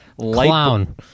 Clown